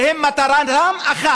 שיש להם מטרה אחת: